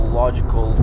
logical